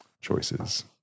Choices